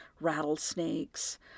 rattlesnakes